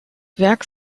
werk